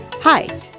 Hi